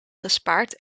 gespaard